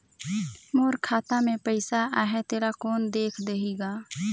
मोर खाता मे पइसा आहाय तेला कोन देख देही गा?